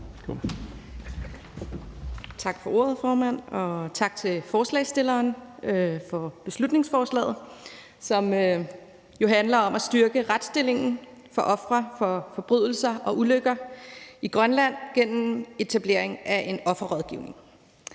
Tak for ordet, formand, og tak til forslagsstilleren for beslutningsforslaget, som jo handler om at styrke retsstillingen for ofre for forbrydelser og ulykker i Grønland gennem etablering af en offerrådgivning.